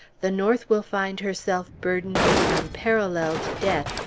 the north will find herself burdened with an unparalleled debt,